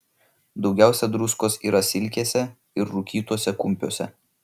daugiausia druskos yra silkėse ir rūkytuose kumpiuose